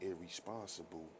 irresponsible